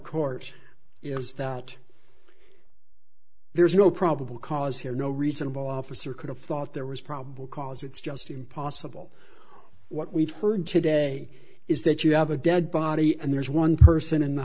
court is start there's no probable cause here no reasonable officer could have thought there was probable cause it's just impossible what we've heard today is that you have a dead body and there's one person in the